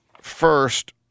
First